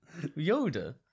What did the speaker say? Yoda